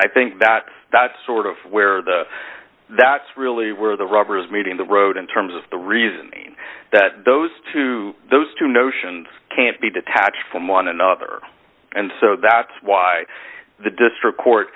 i think that that's sort of where the that's really where the rubber is meeting the road in terms of the reason that those two those two notions can't be detached from one another and so that's why the district court